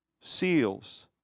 seals